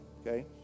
okay